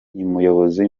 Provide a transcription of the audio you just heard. umuyobozi